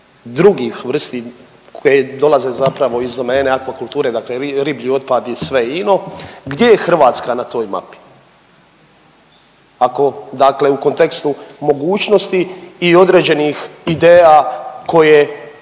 drugih vrsti koje dolaze zapravo iz domene akvakulture, dakle riblji otpad i sve .../Govornik se ne razumije./... gdje je Hrvatska na toj mapi, ako dakle u kontekstu mogućnosti i određenih ideja koje